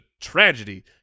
tragedy